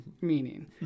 meaning